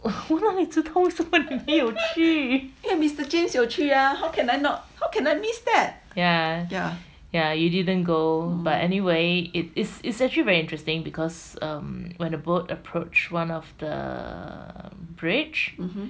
mister james 有去 ah how can I miss that yeah